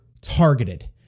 targeted